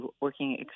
working